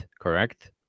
correct